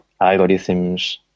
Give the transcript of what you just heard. algorithms